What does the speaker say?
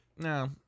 No